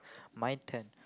my turn